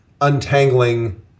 untangling